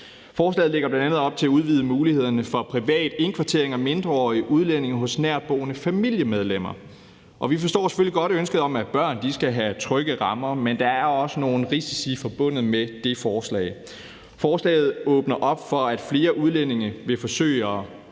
Forslaget lægger bl.a. op til at udvide mulighederne for privat indkvartering af mindreårige udlændinge hos herboende nære familiemedlemmer. Vi forstår selvfølgelig godt ønsket om, at børn skal have trygge rammer, men der er også nogle risici forbundet med det forslag. Forslaget åbner op for, at flere udlændinge vil forsøge at